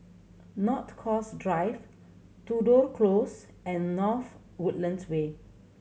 North Coast Drive Tudor Close and North Woodlands Way